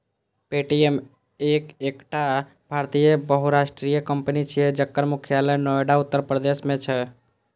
Paytm एकटा भारतीय बहुराष्ट्रीय कंपनी छियै, जकर मुख्यालय नोएडा, उत्तर प्रदेश मे छै